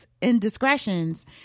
indiscretions